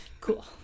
Cool